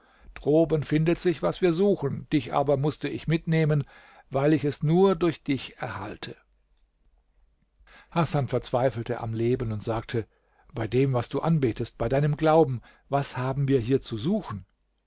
droben findet sich was wir suchen dich aber mußte ich mitnehmen weil ich es nur durch dich erhalte hasan verzweifelte am leben und sagte bei dem was du anbetest bei deinem glauben was haben wir hier zu suchen